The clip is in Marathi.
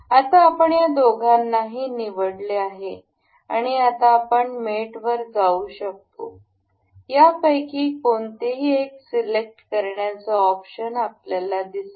आता आपण या दोघांनाही निवडले आहे आणि आता आपण मेट वर जाऊ शकतो या पैकी कोणतेही एक सिलेक्ट करण्याचा ऑप्शन आपल्याला दिसेल